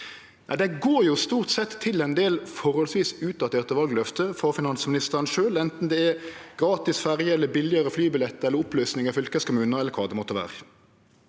dei går stort sett til ein del forholdsvis utdaterte valløfte frå finansministeren sjølv, anten det er gratisferjer, billigare flybillettar, oppløysing av fylkeskommunar, eller kva det måtte vere.